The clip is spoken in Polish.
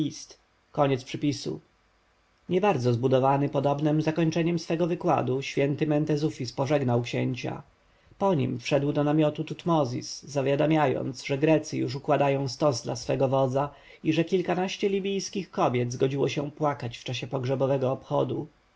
niebardzo zbudowany podobnem zakończeniem swego wykładu święty mentezufis pożegnał księcia po nim wszedł do namiotu tutmozis zawiadamiając że grecy już układają stos dla swojego wodza i że kilkanaście libijskich kobiet zgodziło się płakać w czasie pogrzebowego obchodu